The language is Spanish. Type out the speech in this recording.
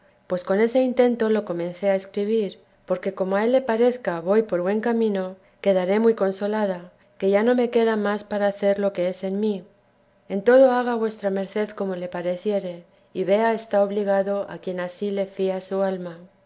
pues con ese intento le comencé a escribir porque como a él le parezca voy por buen camino quedaré muy consolada que ya no me queda más para hacer lo que es en mí en todo haga vuesa merced como le pareciere y vea está obligado a quien ansí le fía su alma